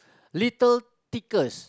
little tykes